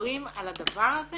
מתגברים על הדבר הזה